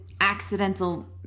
accidental